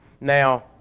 Now